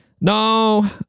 No